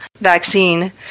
vaccine